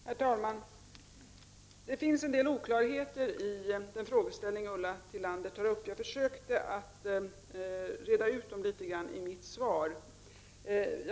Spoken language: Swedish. Herr talman! Det finns en del oklarheter i den fråga som Ulla Tillander har tagit upp. Jag försökte reda ut dem litet grand i mitt svar.